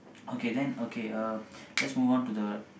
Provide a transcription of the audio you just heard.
okay then okay um let's move on to the